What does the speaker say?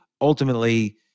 ultimately